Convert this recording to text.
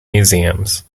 museums